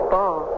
Ball